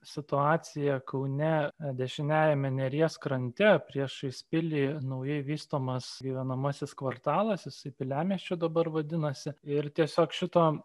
situacija kaune dešiniajame neries krante priešais pilį naujai vystomas gyvenamasis kvartalas jisai piliamiesčiu dabar vadinasi ir tiesiog šito